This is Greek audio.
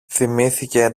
θυμήθηκε